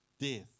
death